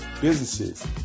Businesses